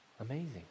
Amazing